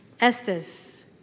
Estes